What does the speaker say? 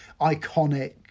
iconic